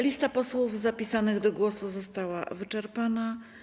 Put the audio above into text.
Lista posłów zapisanych do głosu została wyczerpana.